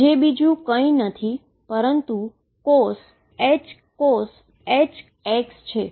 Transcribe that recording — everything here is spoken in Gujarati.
જે બીજું કંઈ નથી પરંતુ cosh x છે